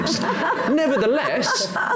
Nevertheless